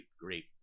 great